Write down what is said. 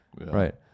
right